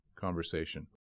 conversation